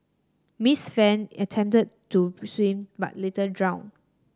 Miss Fan attempted to swim but later drowned